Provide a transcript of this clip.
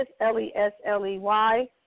L-E-S-L-E-Y